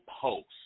posts